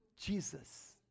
Jesus